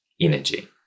energy